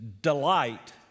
delight